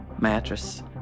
mattress